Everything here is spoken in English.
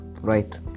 right